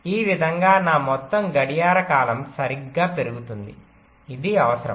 ఈ విధంగా నా మొత్తం గడియార కాలం సరిగ్గా పెరుగుతుంది ఇది అవసరం